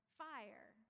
fire